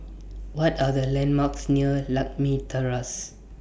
What Are The landmarks near Lakme Terrace